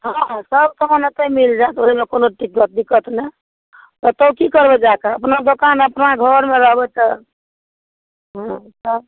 हँ सब समान एतै मिल जाएत ओहिमे कोनो दिक्कत नहि कतहुँ की करबै जा कऽ अपना समान अपना घरमे रहबै तऽ हँ तब